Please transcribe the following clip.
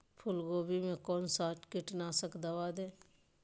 फूलगोभी में कौन सा कीटनाशक दवा दे?